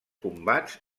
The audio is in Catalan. combats